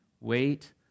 wait